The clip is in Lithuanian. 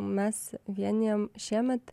mes vienijam šiemet